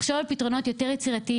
לחשוב על פתרונות יותר יצירתיים,